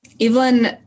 Evelyn